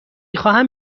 خواهم